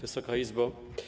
Wysoka Izbo!